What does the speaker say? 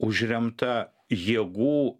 užremta jėgų